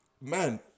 man